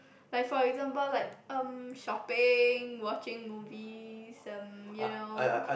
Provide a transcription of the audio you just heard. like for example like um shopping watching movies um you know